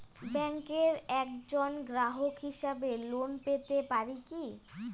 ব্যাংকের একজন গ্রাহক হিসাবে লোন পেতে পারি কি?